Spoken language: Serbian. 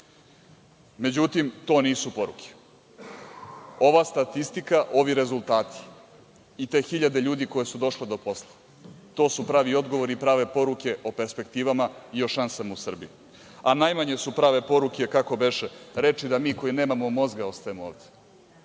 vera.Međutim, to nisu poruke. Ova statistika, ovi rezultati i te hiljade ljudi koje su došle do posla su pravi odgovori, prave poruke o perspektiva i o šansama u Srbiji, a najmanje su prave poruke, kako beše, reči da mi koji nemamo mozga koji ostajemo ovde.